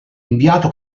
inviato